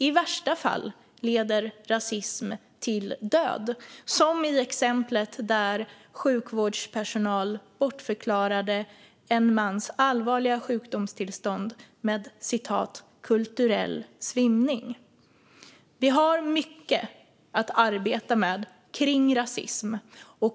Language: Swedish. I värsta fall leder rasism till död, som i exemplet där sjukvårdspersonal bortförklarade en mans allvarliga sjukdomstillstånd med "kulturell svimning". Vi har mycket att arbeta med kring rasism.